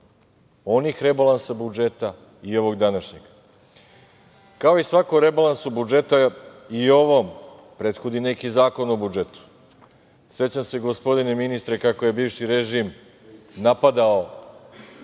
onih rebalansa budžeta i ovog današnjeg. Kao i svakom rebalansu budžeta, tako i ovom prethodi neki zakon o budžetu. Sećam se, gospodine ministre, kako je bivši režim napadao